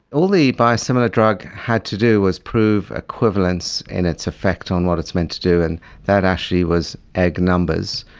all the biosimilar drug had to do was prove equivalence in its effect on what it's meant to do, and that actually was egg numbers.